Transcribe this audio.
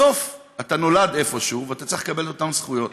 בסוף אתה נולד איפשהו ואתה צריך לקבל את אותן זכויות.